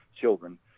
children